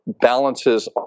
balances